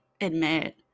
admit